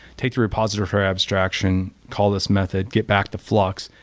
take the repository for abstraction, call this method, get back to flux,